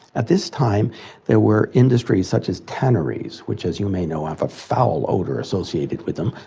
at this time there were industries such as tanneries which, as you may know, have a foul odour associated with them,